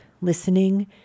listening